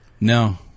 No